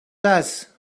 das